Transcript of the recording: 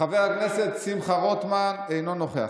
חבר הכנסת שמחה רוטמן, אינו נוכח.